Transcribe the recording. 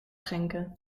schenken